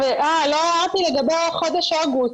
והארכת הזכאות לאוגוסט.